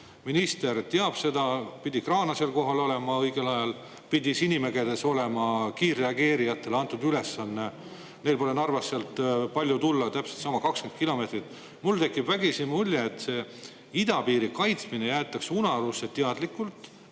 Minister teab seda. Pidi kraana seal kohal olema õigel ajal, pidi Sinimägedes olema kiirreageerijatele antud ülesanne. Neil pole Narvast palju tulla, täpselt sama, 20 kilomeetrit. Mul tekib vägisi mulje, et idapiiri kaitsmine jäetakse unarusse teadlikult,